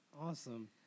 Awesome